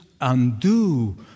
undo